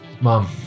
Mom